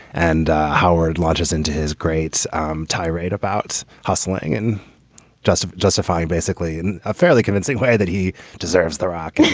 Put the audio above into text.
and howard launches into his great um tirade about hustling and just justifying basically in a fairly convincing way that he deserves the rock. and